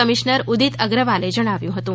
commissioner Shri Udit અગ્રવાલે જણાવ્યું હતું